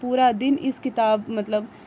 पूरा दिन इस किताब मतलब